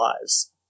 lives